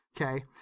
Okay